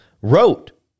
wrote